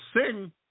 sing